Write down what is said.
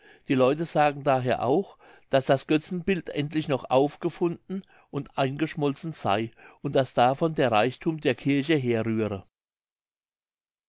die leute sagen daher auch daß das götzenbild endlich noch aufgefunden und eingeschmolzen sey und daß davon der reichthum der kirche herrühre